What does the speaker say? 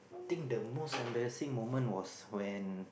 think the most embarrassing moment was when